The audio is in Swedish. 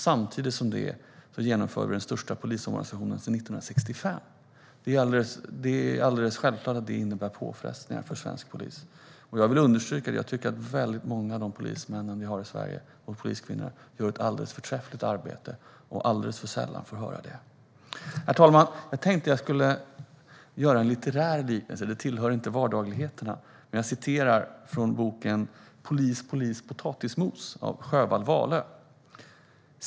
Samtidigt genomför vi den största polisomorganisationen sedan 1965. Det är alldeles självklart att det innebär påfrestningar för svensk polis. Jag vill understryka att jag tycker att väldigt många av de polismän och poliskvinnor vi har i Sverige gör ett alldeles förträffligt arbete men alldeles för sällan får höra det. Herr talman! Jag tänkte att jag skulle göra en litterär liknelse. Det tillhör inte vardagligheterna. Jag citerar från boken Polis, polis, potatismos! av Sjöwall Wahlöö.